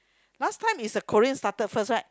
last time is a Korean started first right